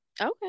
Okay